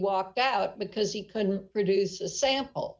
walked out because he couldn't produce a sample